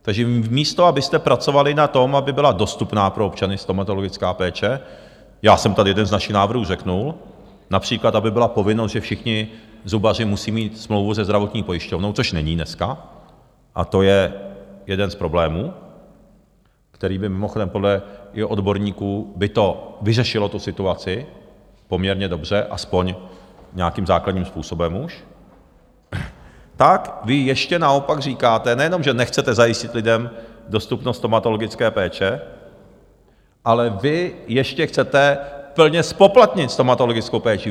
Takže vy, místo abyste pracovali na tom, aby byla dostupná pro občany stomatologická péče já jsem tady jeden z našich návrhů řekl, například aby byla povinnost, že všichni zubaři musí mít smlouvu se zdravotní pojišťovnou, což není dneska, a to je jeden z problémů, který by mimochodem podle i odborníků, by to vyřešilo tu situaci poměrně dobře aspoň nějakým základním způsobem už, tak vy ještě naopak říkáte, nejenom že nechcete zajistit lidem dostupnost stomatologické péče, ale vy ještě chcete plně zpoplatnit stomatologickou péči!